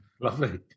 Lovely